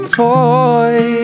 toy